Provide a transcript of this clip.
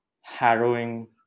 harrowing